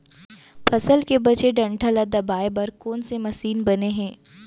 फसल के बचे डंठल ल दबाये बर कोन से मशीन बने हे?